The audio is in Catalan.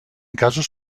casos